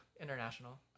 international